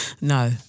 No